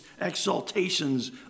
exaltations